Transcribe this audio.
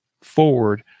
forward